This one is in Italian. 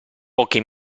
poche